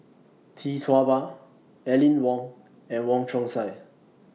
Tee Tua Ba Aline Wong and Wong Chong Sai